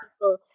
people